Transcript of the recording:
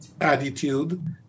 attitude